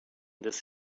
this